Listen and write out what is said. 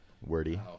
wordy